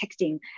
texting